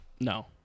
no